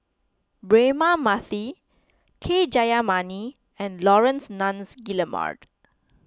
Braema Mathi K Jayamani and Laurence Nunns Guillemard